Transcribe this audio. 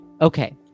Okay